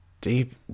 deep